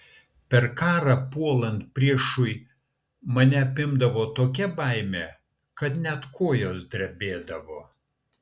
per karą puolant priešui mane apimdavo tokia baimė kad net kojos drebėdavo